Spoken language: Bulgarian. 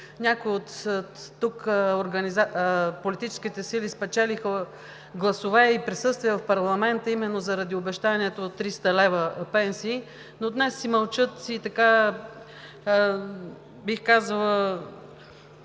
някои оттук, от политическите сили, спечелиха гласове и присъствие в парламента именно заради обещанието от 300 лв. пенсии, но днес си мълчат, бих казала,